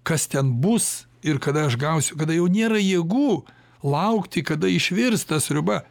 kas ten bus ir kada aš gausiu kada jau nėra jėgų laukti kada išvirs ta sriuba